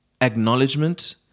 acknowledgement